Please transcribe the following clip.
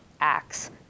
acts